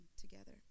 together